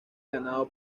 ganado